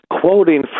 quoting